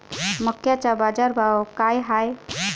मक्याचा बाजारभाव काय हाय?